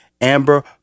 Amber